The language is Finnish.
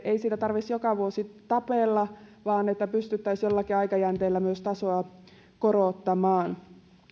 ei siitä tarvitsisi joka vuosi tapella vaan että pystyttäisiin jollakin aikajänteellä myös tasoa korottamaan